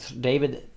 David